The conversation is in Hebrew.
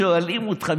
שואלים אותך,